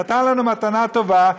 נתן לנו מתנה טובה,